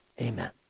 Amen